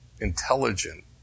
intelligent